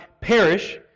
perish